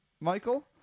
Michael